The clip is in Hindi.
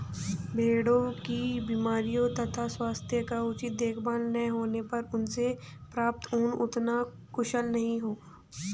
भेड़ों की बीमारियों तथा स्वास्थ्य का उचित देखभाल न होने पर उनसे प्राप्त ऊन उतना कुशल नहीं होगा